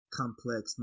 complex